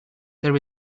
there